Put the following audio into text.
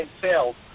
sales